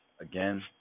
again